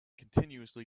continuously